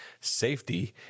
safety